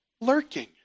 lurking